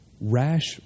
rash